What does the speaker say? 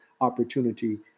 opportunity